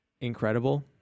incredible